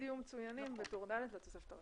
יהיו מצוינים בטור ד' לתוספת הראשונה.